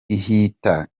ihita